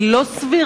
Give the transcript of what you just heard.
היא לא סבירה,